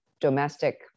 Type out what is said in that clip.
domestic